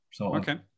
Okay